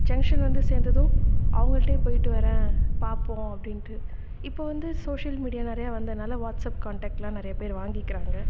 junction வந்து சேர்ந்ததும் அவங்கள்டயே போயிட்டு வரேன் பார்ப்போம் அப்படின்ட்டு இப்போது வந்து சோஷியல் மீடியா நிறையா வந்ததினால வாட்ஸப் கான்டெக்டெலாம் நிறைய பேர் வாங்கிக்கிறாங்க